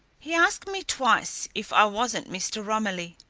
he asked me twice if i wasn't mr. romilly.